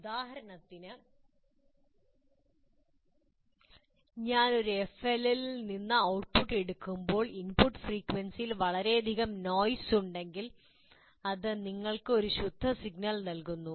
ഉദാഹരണത്തിന് ഞാൻ ഒരു FLL ൽ നിന്ന് ഔട്ട്പുട്ട് എടുക്കുമ്പോൾ ഇൻപുട്ട് ഫ്രീക്വൻസിയിൽ വളരെയധികം നോയസ് ഉണ്ടെങ്കിൽ അത് നിങ്ങൾക്ക് ഒരു ശുദ്ധ സിഗ്നൽ നൽകുന്നു